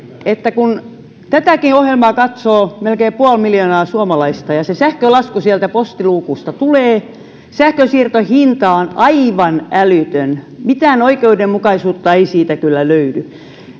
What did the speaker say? kun tätäkin ohjelmaa katsoo melkein puoli miljoonaa suomalaista kun se sähkölasku sieltä postiluukusta tulee niin sähkönsiirtohinta on aivan älytön mitään oikeudenmukaisuutta ei siitä kyllä löydy